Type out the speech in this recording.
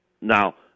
Now